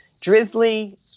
drizzly